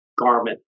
garment